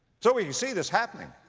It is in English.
so when you see this happening,